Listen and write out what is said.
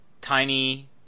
tiny